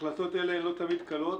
החלטות אלה הן לא תמיד קלות,